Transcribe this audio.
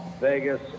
Vegas